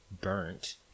burnt